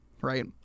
right